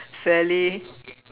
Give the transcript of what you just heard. fairly